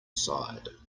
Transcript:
side